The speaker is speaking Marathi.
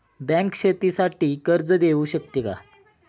बँक शेतीसाठी कर्ज देऊ शकते का?